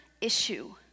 issue